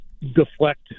deflect